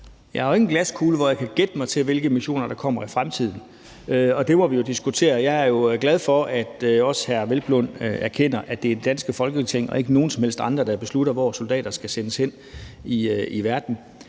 Jeg har jo ingen glaskugle, som gør, at jeg kan gætte mig til, hvilke missioner der kommer i fremtiden. Det må vi jo diskutere. Jeg er jo glad for, at også hr. Peder Hvelplund erkender, at det er det danske Folketing og ikke nogen som helst andre, der beslutter, hvor soldater skal sendes hen i verden.